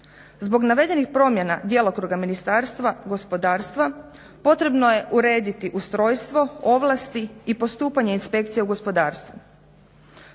Zbog navedenih promjena djelokruga Ministarstva gospodarstva potrebno je urediti ustrojstvo ovlasti i postupanje inspekcija u gospodarstvu.